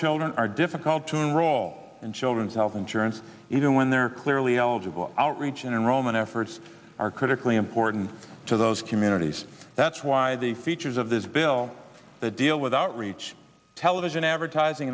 children are difficult to roll in children's health insurance even when they're clearly eligible outreach and roman efforts are critically important to those communities that's why the features of this bill that deal with outreach television advertising